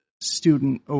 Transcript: student